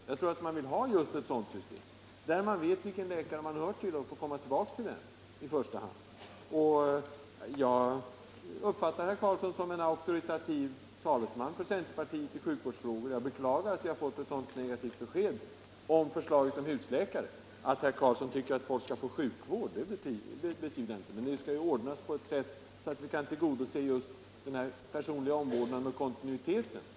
Jag tror att folk vill ha just ett sådant system, där de vet vilken läkare de hör till och får komma tillbaka till i första hand. Herr Carlsson i Vikmanshyttan är talesman för centerpartiet i sjukvårdsfrågor. Jag beklagar att jag fått negativt besked om förslaget om husläkare. Att herr Carlsson tycker att människor skall få sjukvård betvivlar jag inte. Men det gäller att ordna den på ett sådant sätt att önskemålet om den personliga omvårdnaden och kontinuiteten kan tillgodoses.